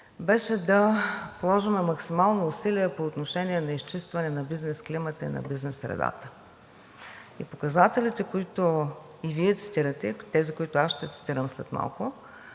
беше да положим максимално усилие по отношение на изчистване на бизнес климата и на бизнес средата. Показателите, които Вие цитирате, и тези, които аз ще цитирам след малко,